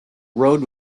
road